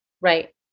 Right